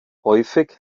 häufig